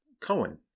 Cohen